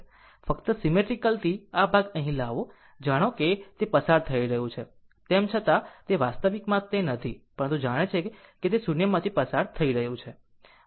ફક્ત સીમેટ્રીકલ થી આ ભાગ અહીં લાવો જાણે કે તે પસાર થઈ રહ્યું છે તેમ છતાં વાસ્તવિકતા તે નથી પરંતુ જાણે કે તે શૂન્યમાંથી પસાર થઈ રહી છે